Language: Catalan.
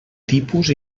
tipus